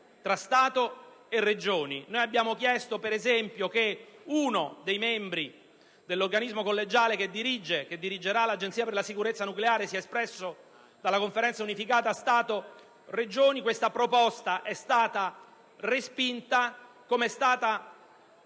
tra Stato e Regioni. Noi abbiamo chiesto, ad esempio, che uno dei membri dell'organismo collegiale che dirigerà l'Agenzia per la sicurezza nucleare sia espresso dalla Conferenza unificata Stato-Regioni: questa proposta è stata respinta, così